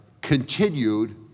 continued